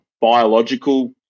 biological